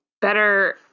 better